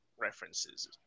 References